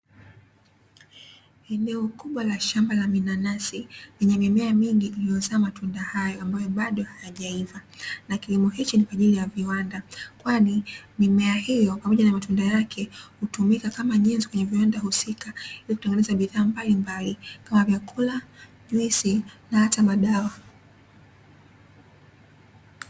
Eneo kubwa la shamba la minanasi lenye mimea mingi iliyozaa. Matunda hayo ambayo bado hayajaiva, na kilimo hiki ni kwa ajili ya viwanda, kwani mimea hiyo pamoja na matunda yake hutumika kama nyenzo kwenye viwanda husika ili kutengeneza bidhaa mbalimbali kama; vyakula, juisi, na hata madawa.